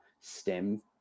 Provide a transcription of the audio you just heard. STEM